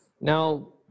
Now